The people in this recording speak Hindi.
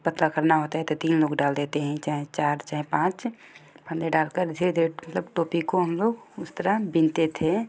पतला करना होता है तो तीन लोग डाल देते हैं चाहे चार चाहे पाँच फंदे डाल कर धीरे धीरे मतलब टोपी को हम लोग उस तरह बीनते थे